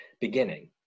beginning